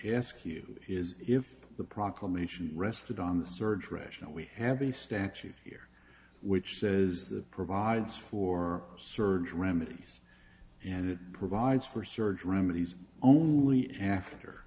ask you is if the proclamation rested on the surge rational we have the statute here which says that provides for surge remedies and it provides for surge remedies only after